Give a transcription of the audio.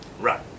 Right